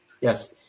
Yes